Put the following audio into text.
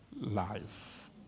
life